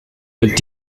mit